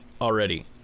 already